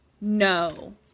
no